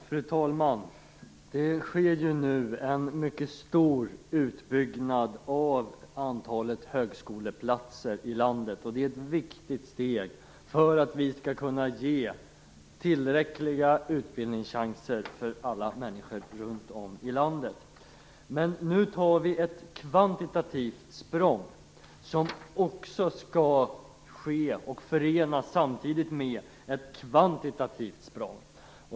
Fru talman! Nu sker det en mycket stor utbyggnad av antalet högskoleplatser i landet. Det är ett viktigt steg för att vi skall kunna ge tillräckliga utbildningschanser för alla människor runt om i landet. Men nu tar vi ett kvantitativt språng som samtidigt skall förenas med ett kvalitativt språng.